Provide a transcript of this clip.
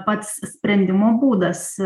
pats sprendimo būdas